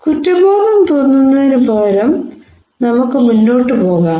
കുറ്റബോധം തോന്നുന്നതിനുപകരം നമുക്ക് മുന്നോട്ട് പോകാം